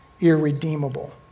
irredeemable